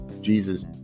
Jesus